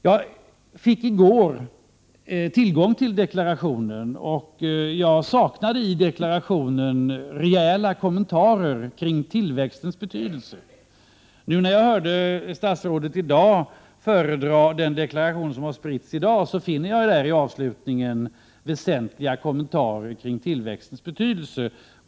Jag fick i går tillgång till regeringens deklaration, och jag saknar i den rejäla kommentarer till tillväxtens betydelse. I dag har jag lyssnat till statsrådets uppläsning av deklarationen, och hon gjorde i slutet av sitt anförande väsentliga kommentarer till tillväxtens betydelse.